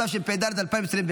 התשפ"ד 2024,